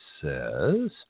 says